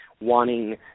wanting